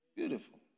Beautiful